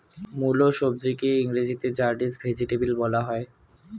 মুলো সবজিকে ইংরেজিতে র্যাডিশ ভেজিটেবল বলা হয়